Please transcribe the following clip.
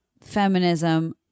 feminism